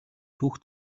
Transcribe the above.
түүх